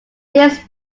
this